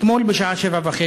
אתמול בשעה 19:30